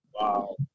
Wow